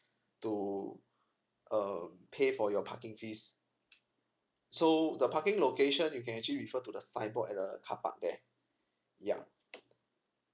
to um pay for your parking fees so the parking location you can actually refer to the signboard at the carpark there ya